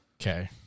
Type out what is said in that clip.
Okay